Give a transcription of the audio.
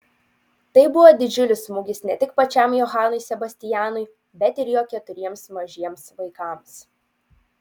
tai buvo didžiulis smūgis ne tik pačiam johanui sebastianui bet ir jo keturiems mažiems vaikams